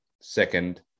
Second